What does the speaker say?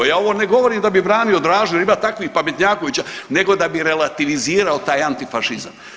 Ja ovo ne govorim da bi brani Dražu, ima takvih pametnjakovića nego da bi relativizirao taj antifašizam.